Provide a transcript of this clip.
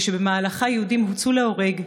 ושבמהלכה יהודים הוצאו להורג,